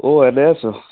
অ' এনেই আছো